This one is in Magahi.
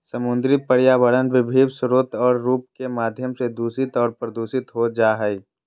समुद्री पर्यावरण विभिन्न स्रोत और रूप के माध्यम से दूषित और प्रदूषित हो जाय हइ